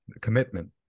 commitment